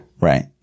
Right